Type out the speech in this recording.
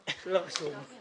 לא קיבלתי תשובה.